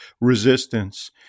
resistance